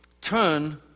turn